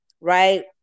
right